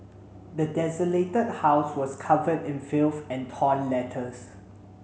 the desolated house was covered in filth and torn letters